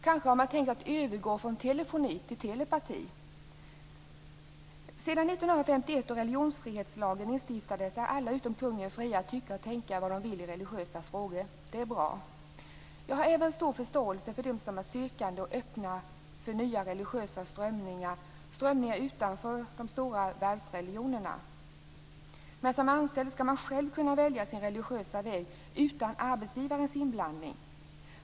Kanske har man tänkt att övergå från telefoni till telepati. Sedan 1951, då religionsfrihetslagen instiftades, är alla utom kungen fria att tycka och tänka vad de vill i religiösa frågor. Det är bra. Jag har även stor förståelse för dem som är sökande och öppna för nya religiösa strömningar utanför de stora världsreligionerna. Men som anställd skall man själv kunna välja sin religiösa väg utan arbetsgivarens inblandning.